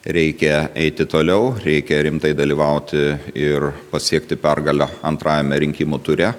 reikia eiti toliau reikia rimtai dalyvauti ir pasiekti pergalę antrajame rinkimų ture